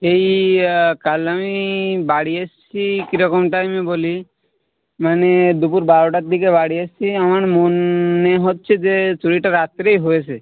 এই কাল আমি বাড়ি এসছি কীরকম টাইমে বলি মানে দুপুর বারোটার দিকে বাড়ি এসছি আমার মনে হচ্ছে যে চুরিটা রাত্রেই হয়েছে